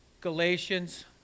Galatians